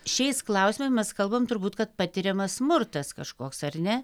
šiais klausimai mes kalbam turbūt kad patiriamas smurtas kažkoks ar ne